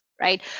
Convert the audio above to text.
right